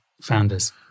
founders